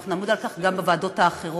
אנחנו נעמוד על כך גם בוועדות האחרות